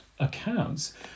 Accounts